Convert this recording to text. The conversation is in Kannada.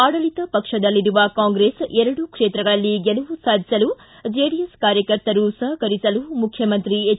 ಆಡಳಿತ ಪಕ್ಷದಲ್ಲಿರುವ ಕಾಂಗ್ರೆಸ್ ಎರಡು ಕ್ಷೇತ್ರಗಳಲ್ಲಿ ಗೆಲುವು ಸಾಧಿಸಲು ಜೆಡಿಎಸ್ ಕಾರ್ಯಕರ್ತರು ಸಹಕರಿಸಲು ಮುಖ್ಕಮಂತ್ರಿ ಎಚ್